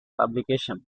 publication